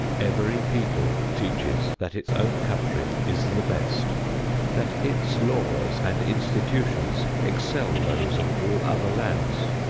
every people teaches that its own country is the best that its laws and institutions excel those of all other lands.